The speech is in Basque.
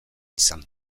izan